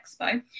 Expo